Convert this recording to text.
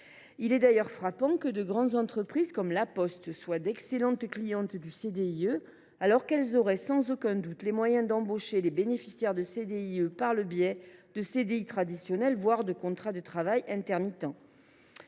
Il est d’ailleurs frappant que de grandes entreprises comme La Poste soient d’excellentes clientes du CDIE, alors qu’elles auraient sans aucun doute les moyens d’embaucher les bénéficiaires de CDIE par le biais de CDI traditionnels, voire de contrats de travail intermittent.